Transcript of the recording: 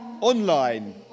online